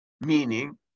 Meaning